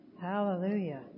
Hallelujah